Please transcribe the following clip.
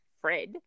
Fred